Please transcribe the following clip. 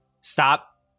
Stop